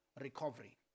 recovery